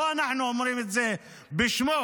לא אנחנו אומרים את זה בשמו,